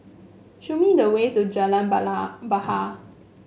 show me the way to Jalan Bahar